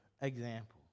example